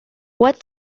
what